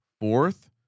Fourth